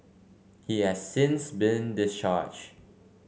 he has since been discharge